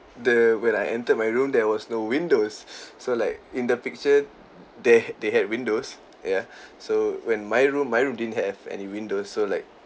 the when I entered my room there was no windows so like in the picture there they had windows ya so when my room my room didn't have any windows so like